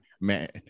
man